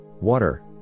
Water